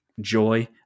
joy